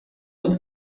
این